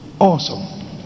Awesome